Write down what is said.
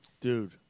Dude